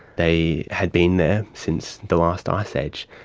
they had been there since the last ice age.